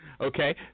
Okay